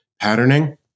patterning